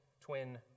twin